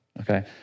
Okay